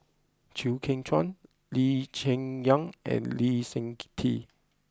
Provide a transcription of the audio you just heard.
Chew Kheng Chuan Lee Cheng Yan and Lee Seng ke Tee